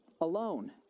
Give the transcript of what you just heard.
alone